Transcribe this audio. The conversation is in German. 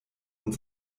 und